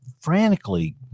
frantically